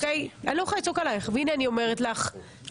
19. אני לא יכולה לצעוק עליך והינה אני אומרת לך ובצדק,